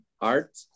art